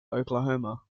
oklahoma